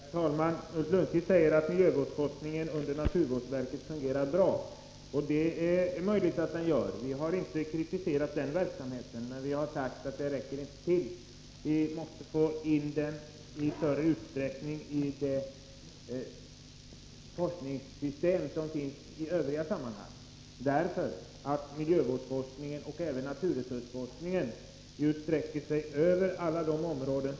Herr talman! Ulf Lönnqvist säger att miljövårdsforskningen under naturvårdsverket fungerar bra — och det är möjligt. Vi har inte kritiserat den verksamheten, men vi har sagt att den inte räcker till. Vi måste i större utsträckning få in miljövårdsforskningen i det forskningssystem som finns i övriga sammanhang. Miljövårdsforskningen, och även naturresursforskningen, sträcker sig över alla områden.